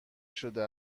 شده